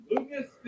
Lucas